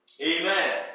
Amen